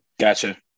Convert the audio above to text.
Gotcha